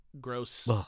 gross